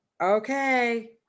Okay